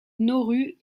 nauru